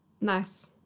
Nice